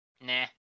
Nah